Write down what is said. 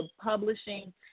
publishing